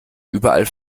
überall